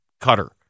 cutter